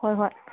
ꯍꯣꯏ ꯍꯣꯏ